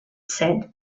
said